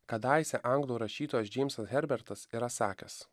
kadaise anglų rašytojas džeimsas herbertas yra sakęs